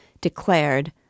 declared